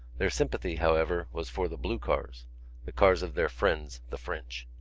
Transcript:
their sympathy, however, was for the blue cars the cars of their friends, the french.